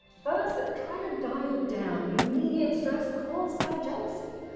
first, ah try to dial down the immediate stress caused by jealousy.